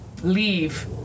leave